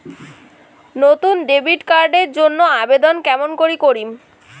নতুন debit card এর জন্যে আবেদন কেমন করি করিম?